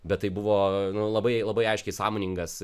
bet tai buvo labai labai aiškiai sąmoningas